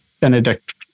Benedict